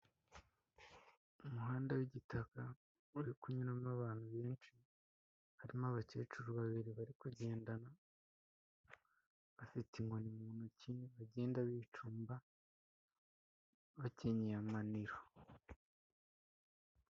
Umuhanda w'igitaka uri kunyuramo abantu benshi harimo abakecuru babiri barigendana bafite inkoni mu ntoki bagenda bicumba bakenyeye amaniro.